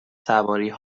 سواری